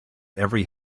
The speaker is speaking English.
every